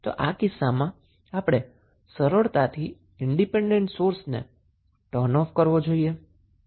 તો આ કિસ્સામાં આપણે સરળતાથી ઈન્ડીપેન્ડન્ટ સોર્સ ને બંધ કરવો જોઈએ